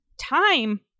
Time